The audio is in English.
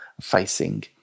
facing